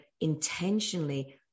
intentionally